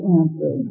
answer